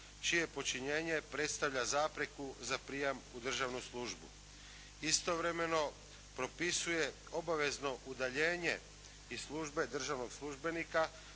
čije počinjenje predstavlja zapreku za prijam u državnu službu. Istovremeno, propisuje obavezno udaljenje iz službe državnog službenika